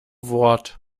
wort